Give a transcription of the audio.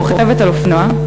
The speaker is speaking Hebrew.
רוכבת על אופנוע,